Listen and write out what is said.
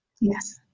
Yes